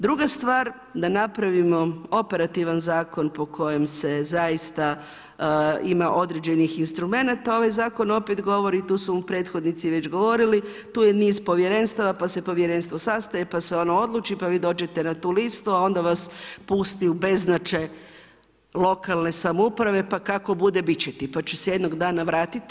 Druga stvar da napravimo operativan zakon po kojem se zaista ima određenih instrumenata, ovaj zakon opet govori, tu su prethodnici već govorili, tu je niz povjerenstava pa se povjerenstvo sastaje pa se ono odluči, pa vi dođete na tu listi a onda vas pusti u beznačaj lokalne samouprave pa kako bude, bit će, pa će se jednog dana vratiti.